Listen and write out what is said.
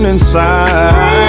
Inside